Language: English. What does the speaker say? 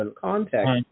context